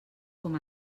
com